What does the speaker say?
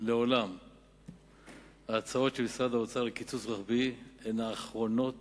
לעולם ההצעות של משרד האוצר לקיצוץ רוחבי הן האחרונות